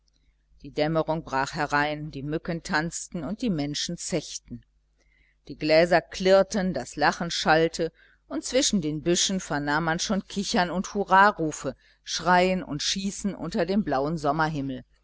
die dämmerung brach herein die mücken tanzten und die menschen zechten die gläser klirrten das lachen schallte und zwischen den büschen vernahm man schon kichern und hurrarufe schreien und schießen unter dem blauen sommerhimmel